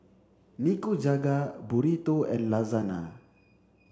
Nikujaga Burrito and Lasagna